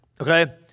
Okay